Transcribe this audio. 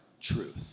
truth